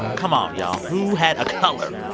come on, y'all. who had a color?